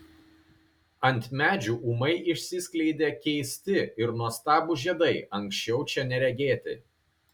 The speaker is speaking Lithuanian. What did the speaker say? ant medžių ūmai išsiskleidė keisti ir nuostabūs žiedai anksčiau čia neregėti